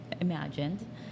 imagined